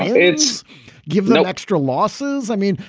it's given no extra losses. i mean,